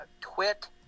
twit